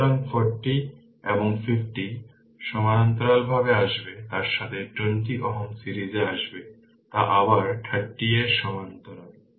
সুতরাং 40 এবং 50 সমান্তরালভাবে আসবে তার সাথে 20 Ω সিরিজে আসবে তা আবার 30 এর সমান্তরালে